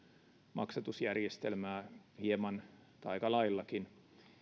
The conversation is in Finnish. maksatusjärjestelmää hieman tai aika laillakin